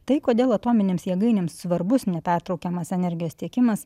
tai kodėl atominėms jėgainėms svarbus nepertraukiamas energijos tiekimas